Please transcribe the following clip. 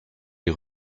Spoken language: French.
les